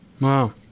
wow